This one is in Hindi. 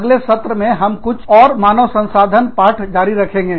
अगले सत्र में हम कुछ और मानव संसाधन पाठ जारी रखेंगे